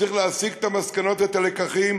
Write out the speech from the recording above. צריך להסיק את המסקנות ואת הלקחים,